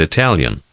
Italian